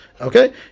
Okay